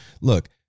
look